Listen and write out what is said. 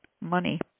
Money